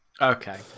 okay